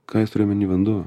ką jis turėjo omeny vanduo